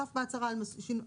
ההמלצה המעשית